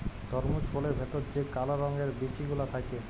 তরমুজ ফলের ভেতর যে কাল রঙের বিচি গুলা থাক্যে